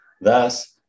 thus